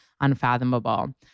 unfathomable